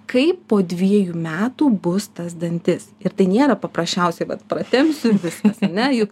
kaip po dviejų metų bus tas dantis ir tai nėra paprasčiausia vat pratempti viskas ar ne juk